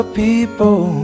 people